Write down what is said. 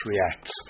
reacts